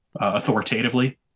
authoritatively